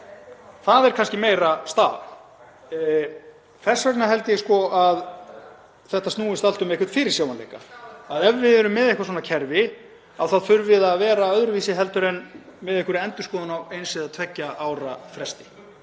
Það er kannski meira staðan. Þess vegna held ég að þetta snúist allt um einhvern fyrirsjáanleika, að ef við erum með eitthvert svona kerfi þá þurfi það að vera öðruvísi heldur en með einhverri endurskoðun á eins eða tveggja ára fresti.